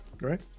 Right